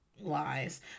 Lies